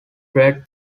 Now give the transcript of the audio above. brad